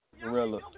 Gorilla